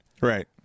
Right